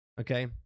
Okay